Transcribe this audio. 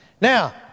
Now